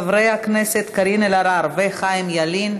חברי הכנסת קארין אלהרר וחיים ילין,